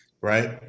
right